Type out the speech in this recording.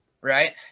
right